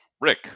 Rick